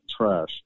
trash